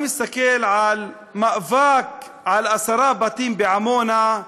אני מסתכל על מאבק על עשרה בתים בעמונה,